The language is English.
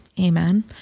Amen